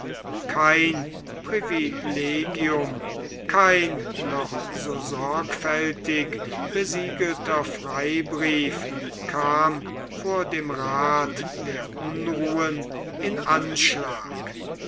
kein privilegium kein noch so sorgfältig besiegelter freibrief kam vor dem rath der unruhen in anschlagin